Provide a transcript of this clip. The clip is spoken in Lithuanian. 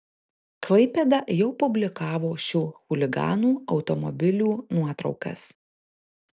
klaipėda jau publikavo šių chuliganų automobilių nuotraukas